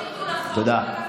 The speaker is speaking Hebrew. לא,